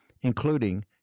including